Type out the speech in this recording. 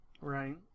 Right